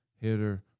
hitter